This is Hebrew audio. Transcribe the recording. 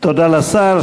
תודה לשר.